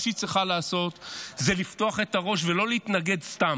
מה שהיא צריכה לעשות זה לפתוח את הראש ולא להתנגד סתם.